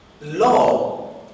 law